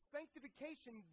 Sanctification